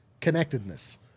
Connectedness